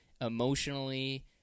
emotionally